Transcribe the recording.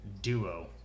Duo